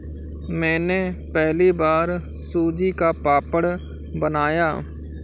मैंने पहली बार सूजी का पापड़ बनाया